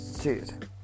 Dude